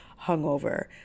hungover